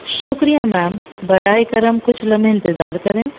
شکریہ میم براہ کرم کچھ لمحے انتظار کریں